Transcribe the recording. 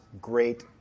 great